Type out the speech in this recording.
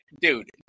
Dude